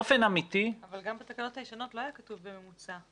אבל בתקנות הישנות לא היה כתוב בממוצע.